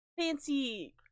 fancy